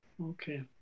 Okay